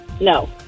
No